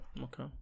Okay